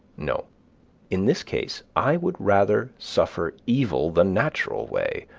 no in this case i would rather suffer evil the natural way.